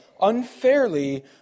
unfairly